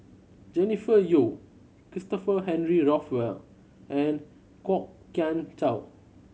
Jennifer Yeo Christopher Henry Rothwell and Kwok Kian Chow